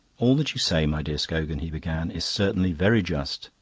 all that you say, my dear scogan, he began, is certainly very just,